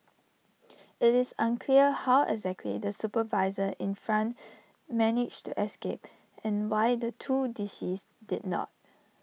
IT is unclear how exactly the supervisor in front managed to escape and why the two deceased did not